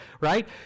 right